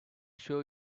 show